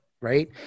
Right